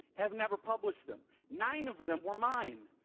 have never published them. nine of them were mine.